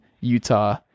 Utah